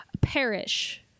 perish